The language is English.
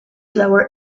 lower